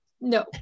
no